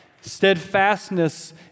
Steadfastness